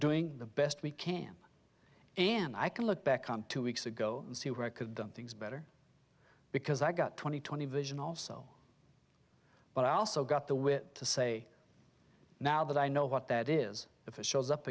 doing the best we can and i can look back on two weeks ago and see where i could done things better because i got twenty twenty vision also but i also got the wit to say now that i know what that is if it shows up